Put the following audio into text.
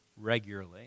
regularly